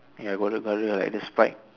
ya got the got the like the spike